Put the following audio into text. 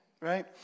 right